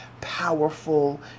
powerful